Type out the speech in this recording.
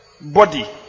body